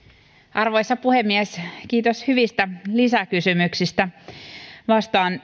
arvoisa puhemies kiitos hyvistä lisäkysymyksistä vastaan